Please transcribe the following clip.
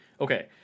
Okay